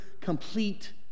complete